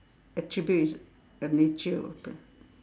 attribute is a nature of a person